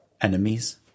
enemies